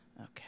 okay